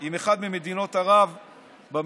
עם אחת ממדינות ערב במפרץ.